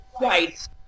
right